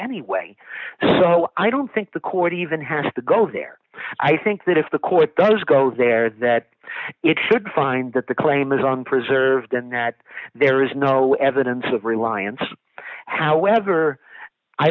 anyway so i don't think the court even has to go there i think that if the court does go there that it should find that the claim is wrong preserved and there is no evidence of reliance however i